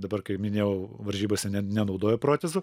dabar kaip minėjau varžybose ne nenaudoju protezų